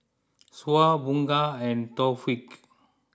Syah Bunga and Taufik